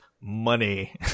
money